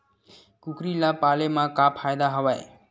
कुकरी ल पाले म का फ़ायदा हवय?